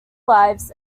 lifes